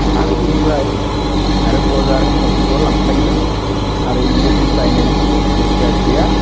आरो बेनिफ्राय आरो बजारनि मानसिफ्रा लांफायो आरो बिनिफ्राय जों बायनायनि कुनु उसुबिदा गैया